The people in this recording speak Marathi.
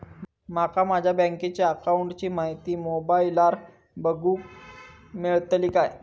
माका माझ्या बँकेच्या अकाऊंटची माहिती मोबाईलार बगुक मेळतली काय?